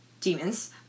Demons